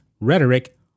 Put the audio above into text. rhetoric